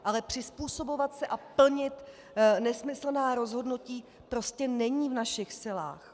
Ale přizpůsobovat se a plnit nesmyslná rozhodnutí prostě není v našich silách.